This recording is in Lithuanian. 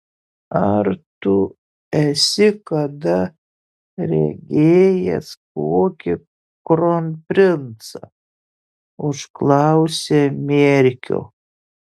ar tu esi kada regėjęs kokį kronprincą užklausė mierkio